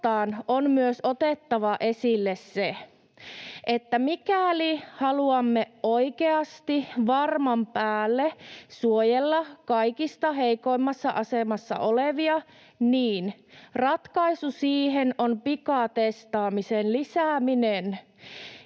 on otettava esille myös se, että mikäli haluamme oikeasti varman päälle suojella kaikista heikoimmassa asemassa olevia, niin ratkaisu siihen on pikatestaamisen lisääminen,